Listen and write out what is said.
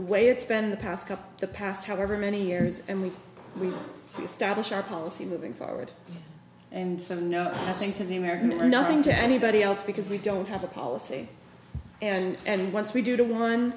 way it's been in the past couple the past however many years and we establish our policy moving forward and so no i think to the american or nothing to anybody else because we don't have a policy and once we do to one